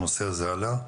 הנושא הזה עלה.